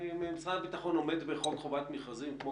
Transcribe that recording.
משרד הביטחון עומד בחוק חובת מכרזים כמו